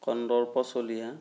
Kandarpa Chaliha